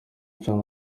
cyane